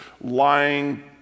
lying